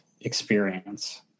experience